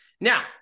now